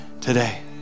today